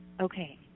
Okay